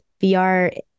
VR